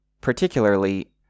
Particularly